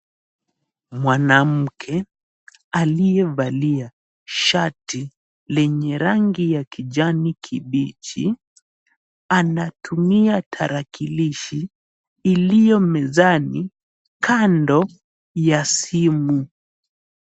Mwanamke aliyevalia shati lenye rangi ya kijani kibichi anatumia tarakilishi iliyo mezani kando ya simu.